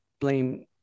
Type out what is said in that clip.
blame